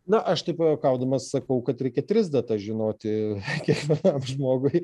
na aš taip pajuokaudamas sakau kad reikia tris datas žinoti kiekvienam žmogui